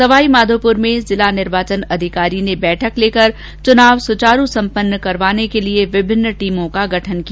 सवाईमाधोपुर में भी जिला निर्वाचन अधिकारी ने बैठक लेकर चुनाव सुचारू संपन्न करवाने के लिए विभिन्न टीमों को गठन किया